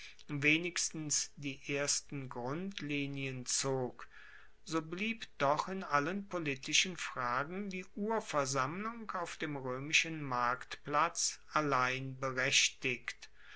wenigstens die ersten grundlinien zog so blieb doch in allen politischen fragen die urversammlung auf dem roemischen marktplatz allein berechtigt